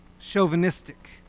chauvinistic